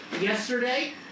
yesterday